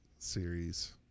Series